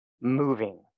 moving